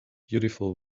beautiful